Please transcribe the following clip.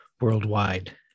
worldwide